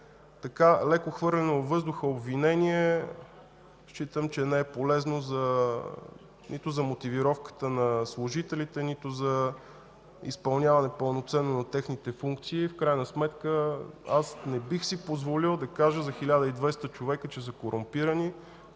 така леко хвърлено във въздуха обвинение, смятам, че не е полезно нито за мотивировката на служителите, нито за изпълняване пълноценно на техните функции. В крайна сметка аз не бих си позволил да кажа за 1200 човека, че са корумпирани.